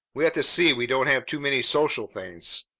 we have to see we don't have too many social things.